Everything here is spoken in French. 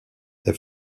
est